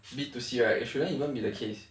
B two C right it shouldn't even be the case